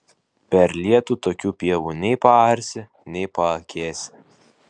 per lietų tokių pievų nei paarsi nei paakėsi